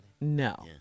No